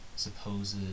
Supposed